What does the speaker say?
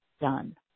done